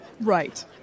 Right